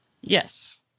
Yes